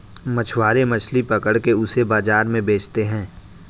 मछुआरे मछली पकड़ के उसे बाजार में बेचते है